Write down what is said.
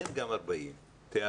אין גם 40 ילדים.